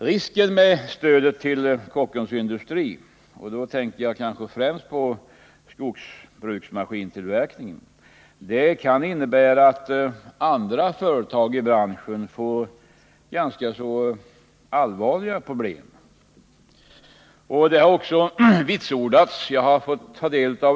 Risken med stödet till Kockums Industri — jag tänker då främst på skogsbruksmaskintillverkningen — är att det kan innebära att andra företag i branschen kan få allvarliga problem. Det har också vitsordats i de skrivelser som jag har fått ta del av.